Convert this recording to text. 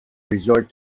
resort